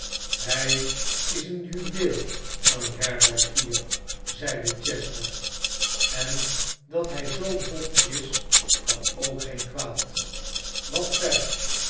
ihij is een juweel van een herbergier zeide chester en dat hij zoo bot is kan ook geen kwaad wat verder